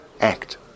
act